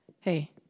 Hey